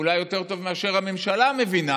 אולי יותר מאשר הממשלה מבינה